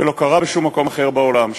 זה לא קרה בשום מקום אחר בעולם.